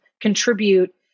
contribute